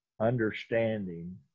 understanding